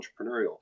entrepreneurial